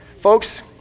Folks